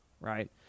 Right